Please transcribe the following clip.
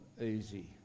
easy